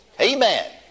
Amen